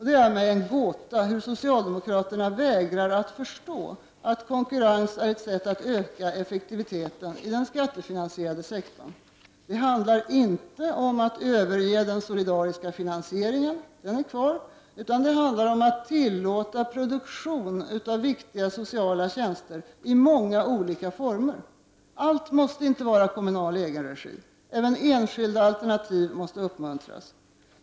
Det är en gåta att socialdemokraterna vägrar att förstå att konkurrens är ett sätt att öka effektiviteten i den skattefinansierade sektorn. Det handlar inte om att överge den solidariska finansieringen, utan om att tillåta produktion av de viktiga sociala tjänsterna i många olika former. Allt måste inte vara kommunal egenregi. Även enskilda alternativ måste uppmuntras.